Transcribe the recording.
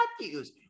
Matthews